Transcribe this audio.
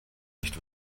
nicht